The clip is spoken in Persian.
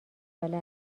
ساله